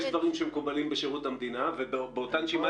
יש דברים שמקובלים בשירות המדינה ובאותה נשימה